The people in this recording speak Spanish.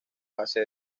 base